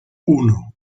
uno